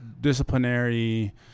disciplinary